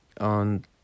on